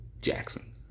Jackson